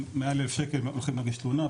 מעל 1000 שקל הולכים להגיש תלונה,